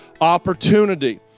opportunity